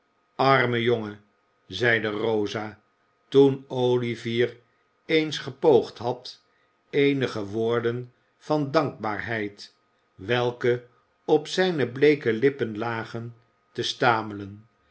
arme jongen zeide rosa toen olivier eens gepoogd had eenige woorden van dankbaarheid welke op zijne bleeke lippen lagen te stamelen